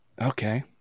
Okay